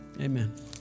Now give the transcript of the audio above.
amen